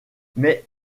mais